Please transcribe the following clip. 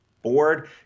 board